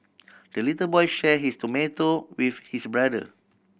the little boy share his tomato with his brother